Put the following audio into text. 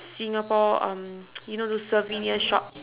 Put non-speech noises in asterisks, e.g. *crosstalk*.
singapore um *noise* you know those souvenir shop